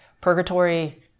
purgatory